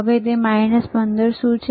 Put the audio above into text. હવે 15 શું છે